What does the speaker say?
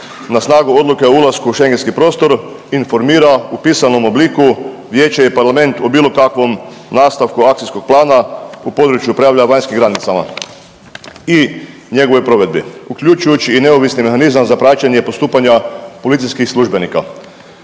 na snagu odluke o ulasku u Schengenski prostor informira u pisanom obliku vijeće i parlament o bilo kakvom nastavku akcijskog plana u području upravljanja vanjskih granicama i njegovoj provedbi uključujući i neovisni mehanizam za praćenje postupanja policijskih službenika.